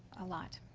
a lot.